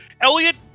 Elliot